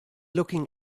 looking